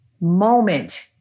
moment